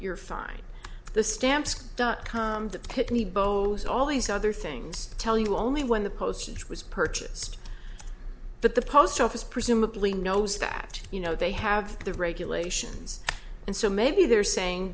you're fine the stamps dot com the pitney bowes all these other things tell you only when the postage was purchased but the post office presumably knows that you know they have the regulations and so maybe they're saying